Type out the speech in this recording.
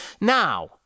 Now